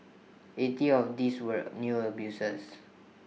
eighty of these were new abusers